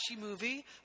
movie